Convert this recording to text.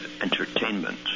entertainment